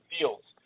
Fields